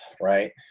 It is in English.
right